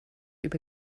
über